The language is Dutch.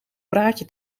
praatje